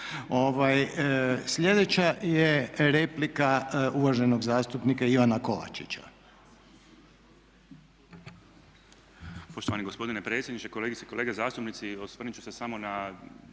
Sljedeća je replika uvaženog zastupnika Ivana Kovačića.